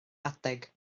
adeg